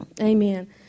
Amen